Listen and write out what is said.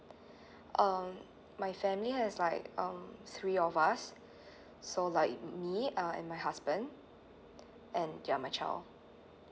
um my family has like um three of us so like me uh and my husband and ya my child